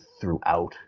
throughout